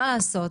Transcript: מה-לעשות,